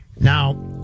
Now